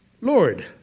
Lord